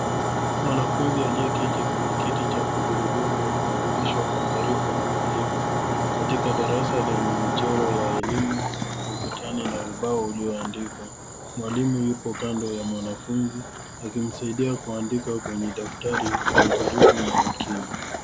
Mwanafunzi aliyeketi kwenye kiti cha magurudumu akifundishwa kwa karibu na mwalimu katika darasa lenye michoro ya elimu ukutani na ubao ulioandikwa. Mwalimu yupo kando ya mwanafunzi akimsaidia kuandika kwenye daftari kwa ukaribu na makini.